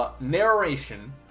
narration